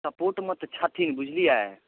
support मे तऽ छथिन बुझलियै